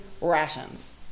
rations